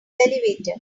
elevator